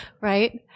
Right